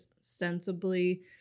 sensibly